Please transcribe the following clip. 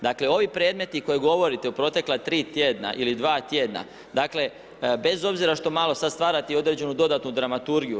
Dakle ovi predmeti koje govorite u protekla tri tjedna ili dva tjedna, dakle bez obzira što malo sada stvarate i određenu dodatnu dramaturgiju.